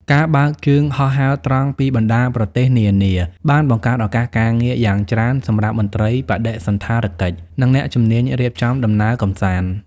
ការបើកជើងហោះហើរត្រង់ពីបណ្ដាប្រទេសនានា បានបង្កើតឱកាសការងារយ៉ាងច្រើនសម្រាប់មន្ត្រីបដិសណ្ឋារកិច្ច និងអ្នកជំនាញរៀបចំដំណើរកម្សាន្ត។